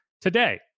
Today